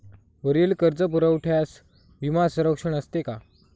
वरील कर्जपुरवठ्यास विमा संरक्षण असते का?